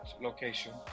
location